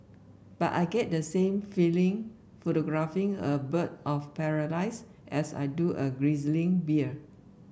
but I get the same feeling photographing a bird of paradise as I do a grizzly bear